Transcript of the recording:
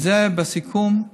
זה, בסיכום,